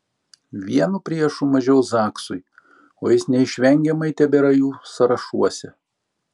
vienu priešu mažiau zaksui o jis neišvengiamai tebėra jų sąrašuose